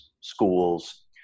schools